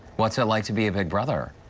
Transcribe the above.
what's it like to be a big brother?